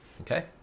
okay